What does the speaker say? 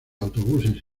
autobuses